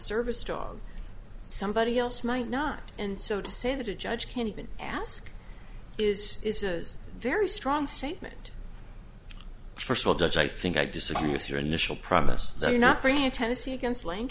service dog somebody else might not and so to say that a judge can't even ask is is a very strong statement first of all judge i think i disagree with your initial promise they're not bringing in tennessee against l